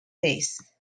taste